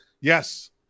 Yes